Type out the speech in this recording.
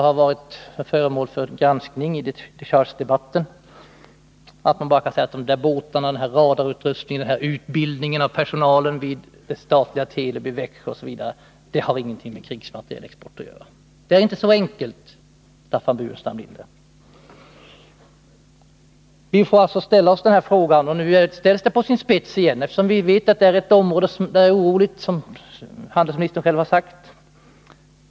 Man kan inte som handelsministern gör säga att det som vi har sålt till Libyen — de där båtarna, den där radarutrustningen, den där utbildningen av personal vid det statliga Telub i Växjö, osv. — inte har någonting med krigsmaterielexport att göra. Det är inte så enkelt, Staffan Burenstam Linder. Nu ställs frågan på sin spets igen. Vi vet att det rör sig om ett område som är oroligt — det har ju handelsministern själv anfört i svaret.